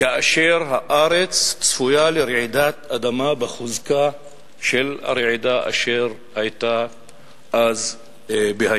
כאשר הארץ צפויה לרעידת אדמה בחוזקה של הרעידה שהיתה אז בהאיטי.